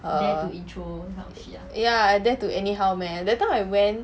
ya dare to anyhow meh that time I went